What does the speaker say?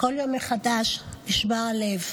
בכל יום מחדש נשבר הלב.